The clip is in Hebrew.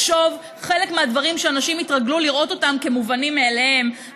זה חלק מהדברים שאנשים התרגלו לראות אותם כמובנים מאליהם,